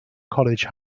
college